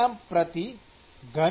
કેલ્વિનkgm3